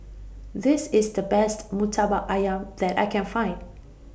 This IS The Best Murtabak Ayam that I Can Find